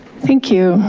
thank you,